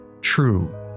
true